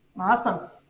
Awesome